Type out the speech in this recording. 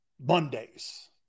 mondays